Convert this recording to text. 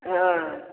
हँ